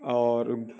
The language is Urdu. اور